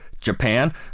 Japan